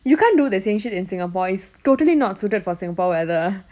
you can't do the same shit in singapore it's totally not suited for singapore weather